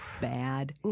bad